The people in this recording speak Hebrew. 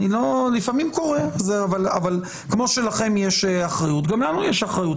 לפעמים זה קורה אבל כמו שלכם יש אחריות גם לנו יש אחריות.